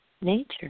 nature